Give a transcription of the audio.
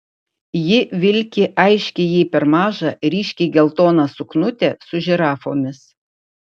ji vilki aiškiai jai per mažą ryškiai geltoną suknutę su žirafomis